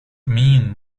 mean